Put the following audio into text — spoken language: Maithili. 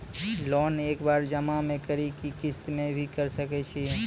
लोन एक बार जमा म करि कि किस्त मे भी करऽ सके छि?